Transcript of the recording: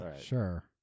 sure